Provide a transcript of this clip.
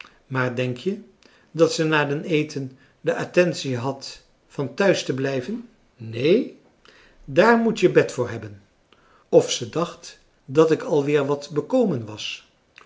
maar denk je dat ze na den eten de attentie had van thuis te blijven neen daar moet je bet voor hebben of ze dacht dat ik al weer wat bekomen was